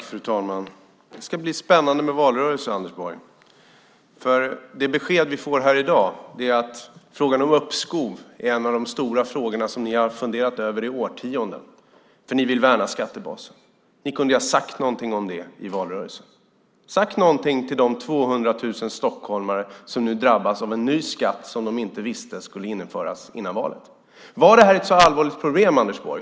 Fru talman! Det ska bli spännande med valrörelsen, Anders Borg. Det besked som vi får här i dag är att frågan om uppskov är en av de stora frågorna som ni har funderat över i årtionden för att ni vill värna skattebaserna. Ni kunde ha sagt någonting om det i valrörelsen. Ni kunde ha sagt någonting till de 200 000 stockholmare som nu drabbas av en ny skatt som de före valet inte visste skulle införas. Var detta ett så allvarligt problem, Anders Borg?